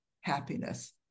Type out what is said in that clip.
happiness